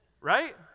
right